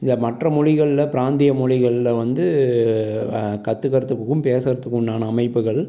இதை மற்ற மொழிகளில் பிராந்திய மொழிகளில் வந்து கற்றுக்கறதுக்குக்கும் பேசறதுக்குண்டான அமைப்புகள்